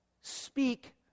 speak